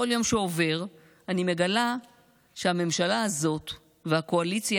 כל יום שעובר אני מגלה שהממשלה הזאת והקואליציה